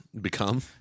Become